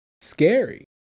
scary